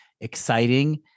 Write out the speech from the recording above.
exciting